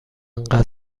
انقدر